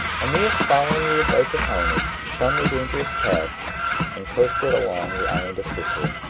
aeneas, following the advice of helenus, shunned the dangerous pass and coasted along the island of sicily.